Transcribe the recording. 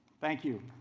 thank you!